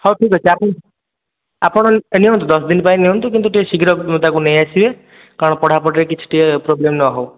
ହଉ ଠିକ୍ ଅଛି ଆସନ୍ତୁ ଆପଣ ନିଅନ୍ତୁ ଦଶ ଦିନ ପାଇଁ ନିଅନ୍ତୁ କିନ୍ତୁ ଟିକେ ଶୀଘ୍ର ତାକୁ ନେଇ ଆସିବେ କାରଣ ପଢ଼ାପଢ଼ିରେ କିଛି ଟିକେ ପ୍ରୋବ୍ଲେମ୍ ନ ହଉ